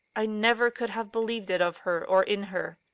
i never could have believed it of her or in her.